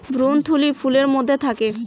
ভ্রূণথলি ফুলের মধ্যে থাকে